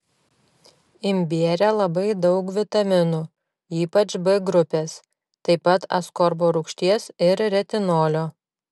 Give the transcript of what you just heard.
imbiere labai daug vitaminų ypač b grupės taip pat askorbo rūgšties ir retinolio